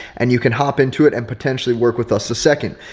and you can hop into it and potentially work with us a second,